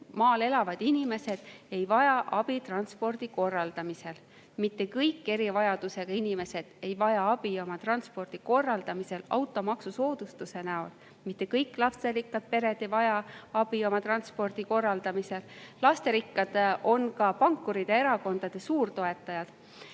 maal elavad inimesed ei vaja abi transpordi korraldamisel. Mitte kõik erivajadusega inimesed ei vaja abi oma transpordi korraldamisel automaksusoodustuse näol. Mitte kõik lasterikkad pered ei vaja abi oma transpordi korraldamisel, sest lasterikkad [võivad olla] ka pankurid ja erakondade suurtoetajad.